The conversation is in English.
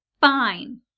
fine